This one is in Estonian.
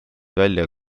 välja